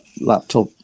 laptop